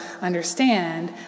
understand